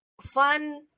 fun